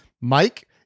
Mike